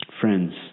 Friends